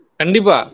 Kandipa